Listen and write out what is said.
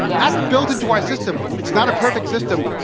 that's built into our system. it's not a perfect system.